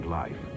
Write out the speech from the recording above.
life